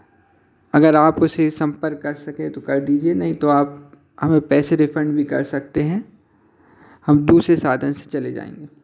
अगर आप उसे संपर्क कर सके तो कर दीजिए नहीं तो आप हमें पैसे रिफन्ड भी कर सकते हैं हम दूसरे साधन से चले जाएंगे